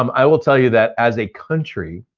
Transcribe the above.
um i will tell you that as a country,